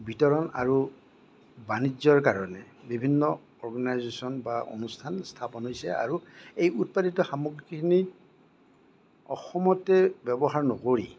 বিতৰণ আৰু বাণিজ্য়ৰ কাৰণে বিভিন্ন অৰ্গেনাইজেচন বা অনুষ্ঠান স্থাপন হৈছে আৰু এই উৎপাদিত সামগ্ৰীখিনি অসমতে ব্য়ৱহাৰ নকৰি